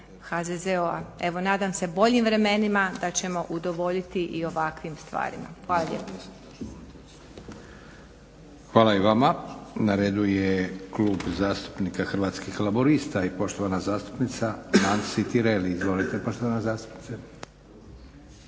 HZZO-a. Evo nadam se boljim vremenima da ćemo udovoljiti i ovakvim stvarima. Hvala lijepa. **Leko, Josip (SDP)** Hvala i vama. Na redu je Klub zastupnika Hrvatskih laburista i poštovana zastupnica Nansi Tireli. Izvolite poštovana zastupnice.